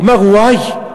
הוא אומר: וואי,